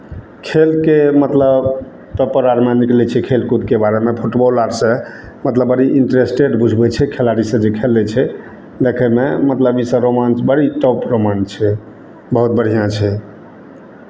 खेलके मतलब पेपर आरमे निकलै छै खेलकूदके बारेमे फुटबॉल आरसँ मतलब बड़ी इंटरेस्टेड बुझबै छै खेलाड़ीसभ जे खेलै छै देखयमे मतलब इसभ रोमांच बड़ी टॉप रोमांच छै बहुत बढ़िआँ छै